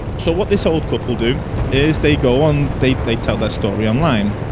so what this old couple do is, they go on, they they tell their story online.